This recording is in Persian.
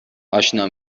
آشنا